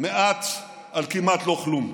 מעט על כמעט על לא כלום.